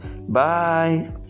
Bye